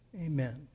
Amen